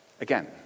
Again